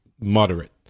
moderate